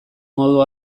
modu